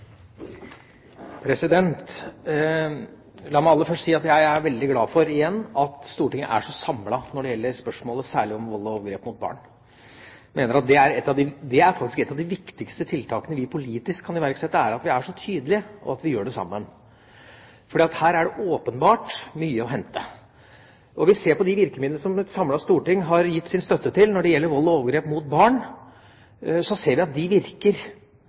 spørsmålet særlig om vold og overgrep mot barn. Et av de viktigste tiltakene vi politisk kan iverksette, er at vi er så tydelige, og at vi gjør det sammen. Her er det åpenbart mye å hente. Når vi ser på de virkemidlene som et samlet storting har gitt sin støtte til når det gjelder vold og overgrep mot barn, ser vi at de virker.